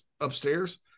upstairs